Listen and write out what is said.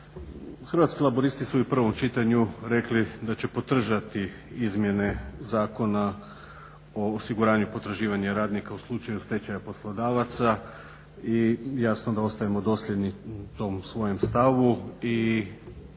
Hrvatski laburisti su i u prvom čitanju rekli da će podržati izmjene Zakona o osiguranju potraživanja radnika u slučaju stečaja poslodavaca i jasno da ostajemo dosljedni u tom svojem stavu i